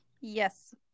yes